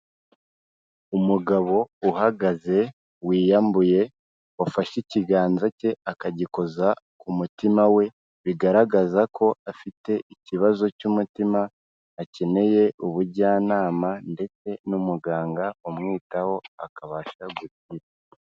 Umugabo uhagaze wiyambuye, wafashe ikiganza cye akagikoza ku mutima we bigaragaza ko afite ikibazo cy'umutima akeneye ubujyanama ndetse n'umuganga umwitaho akabasha gukira.